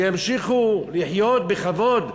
שימשיכו לחיות בכבוד.